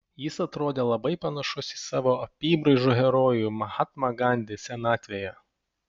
jis atrodė labai panašus į savo apybraižų herojų mahatmą gandį senatvėje